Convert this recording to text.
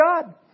God